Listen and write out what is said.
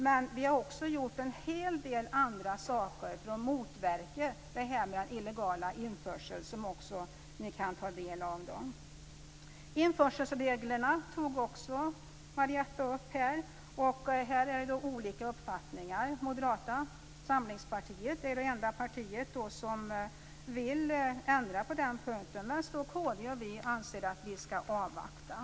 Men vi har också gjort en hel del andra saker för att motverka den illegala införseln, som ni också kan ta del av. Införselreglerna tog Marietta också upp. Här råder olika uppfattningar. Moderata samlingspartiet är det enda partiet som vill ändra på den punkten, medan kd och vi anser att vi skall avvakta.